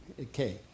okay